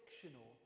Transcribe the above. fictional